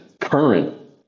current